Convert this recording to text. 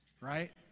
right